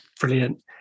Brilliant